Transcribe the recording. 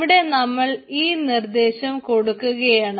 ഇവിടെ നമ്മൾ ഈ നിർദ്ദേശം കൊടുക്കുകയാണ്